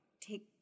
take